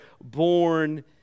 born